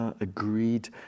agreed